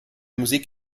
musik